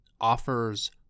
offers